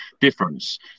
difference